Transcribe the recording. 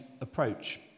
approach